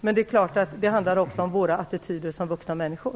Men det handlar också om våra attityder som vuxna människor.